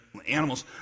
Animals